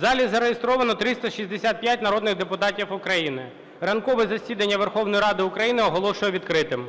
В залі зареєстровано 365 народних депутатів України. Ранкове засідання Верховної Ради України оголошую відкритим.